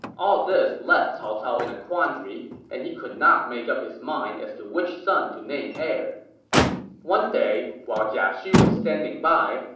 all this left cao cao in a quandary, and he could not make up his mind as to which son to name heir. so one day, while jia xu was standing by,